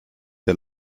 der